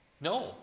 no